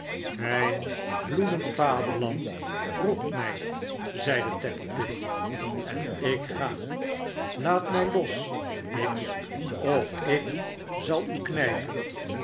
smijn bloedend vaderland roept mij zeide tappertit sen ik ga laat mij los miggs of ik zal u knijpen